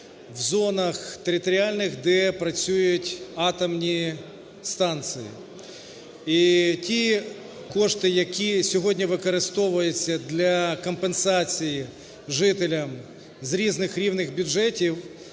в зонах територіальних, де працюють атомні станції. І ті кошти, які сьогодні використовуються для компенсації жителям з різних рівних бюджетів